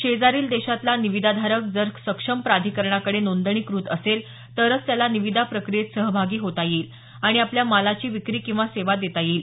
शेजारील देशातला निविदाधारक जर सक्षम प्राधिकरणाकडे नोंदणीक्रत असेल तरच त्याला निविदा प्रक्रियेत सहभागी होता येईल आणि आपल्या मालाची विक्री किंवा सेवा देता येईल